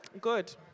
Good